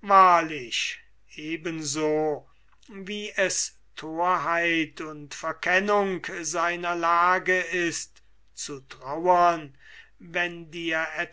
wahrlich eben so wie es thorheit und verkennung seiner lage ist zu trauern wenn dir